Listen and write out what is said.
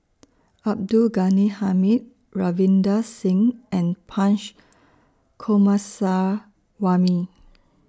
Abdul Ghani Hamid Ravinder Singh and Punch